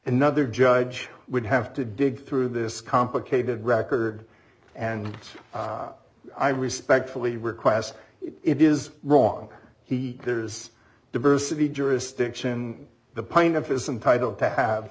another judge would have to dig through this complicated record and i respectfully request it is wrong he there's diversity jurisdiction the